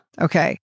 Okay